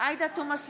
עאידה תומא סלימאן,